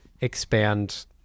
expand